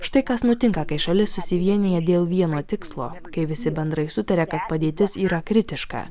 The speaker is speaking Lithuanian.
štai kas nutinka kai šalis susivienija dėl vieno tikslo kai visi bendrai sutaria kad padėtis yra kritiška